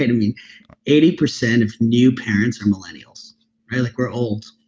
eighty eighty percent of new parents are millennials yeah like we're old.